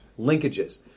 Linkages